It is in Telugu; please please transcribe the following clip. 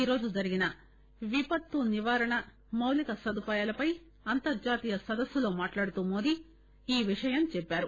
ఈరోజు జరిగిన విపత్తు నివారణ మౌలిక సదుపాయాలపై అంతర్జాతీయ సదస్సులో మాట్లాడుతూ మోదీ ఈ విషయం చెప్పారు